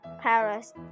Paris